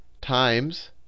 times